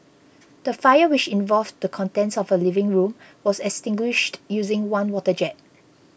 the fire which involved the contents of a living room was extinguished using one water jet